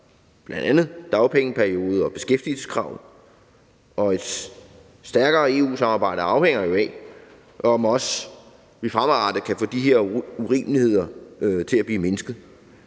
bl.a. dagpengeperiode og beskæftigelseskrav. Et stærkere EU-samarbejde afhænger jo af, om vi også fremadrettet kan få de her urimeligheder mindsket.